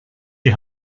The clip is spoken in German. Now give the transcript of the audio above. die